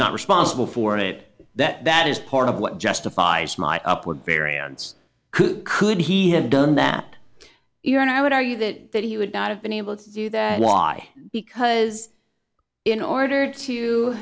not responsible for it that that is part of what justifies my upward variants could he have done that here and i would argue that that he would not have been able to do that why because in order to